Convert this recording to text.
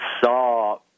saw